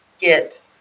get